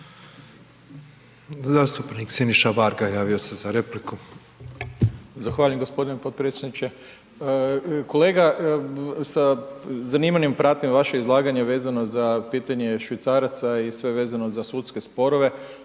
Zastupnik Siniša Varga javio se za repliku. **Varga, Siniša (Nezavisni)** Zahvaljujem g. potpredsjedniče. Kolega, sa zanimanjem pratim vaše izlaganje vezano za pitanje švicaraca i sve vezano za sudske sporove,